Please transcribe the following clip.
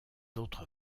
autres